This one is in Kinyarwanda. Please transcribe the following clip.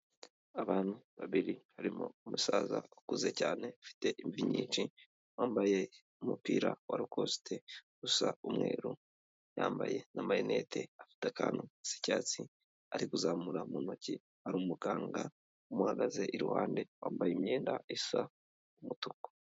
Abantu babiri harimo umusaza ukuze cyane, ufite imvi nyinshi, wambaye umupira wa lokosite usa umweru, yambaye n'amarinete afite akantu gasa icyatsi, ari kuzamura mu ntoki, hari umuganga umuhagaze iruhande wambaye imyenda isa umutuku.